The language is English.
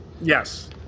Yes